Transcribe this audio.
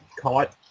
caught